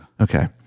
Okay